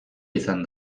izan